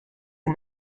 the